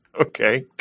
Okay